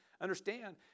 understand